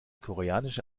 koreanische